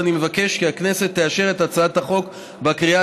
ואני מבקש כי הכנסת תאשר את הצעת החוק בקריאה